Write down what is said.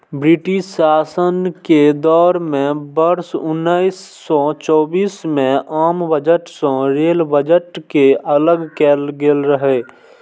British शासन के दौर मे वर्ष उन्नैस सय चौबीस मे आम बजट सं रेल बजट कें अलग कैल गेल रहै